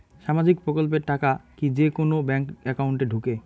সামাজিক প্রকল্পের টাকা কি যে কুনো ব্যাংক একাউন্টে ঢুকে?